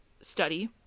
study